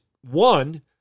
one